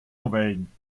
novellen